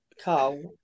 Carl